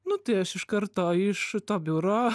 nu tai aš iš karto iš to biuro